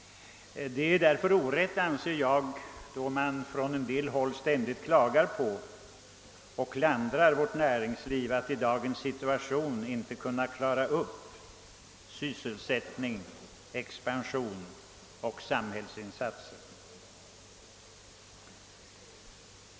Det är därför oriktigt, anser jag, att man från en del håll ständigt klagar på och klandrar näringslivet för att i dagens situation inte kunna klara problemen med sysselsättning, expansion och samhällsinsatser.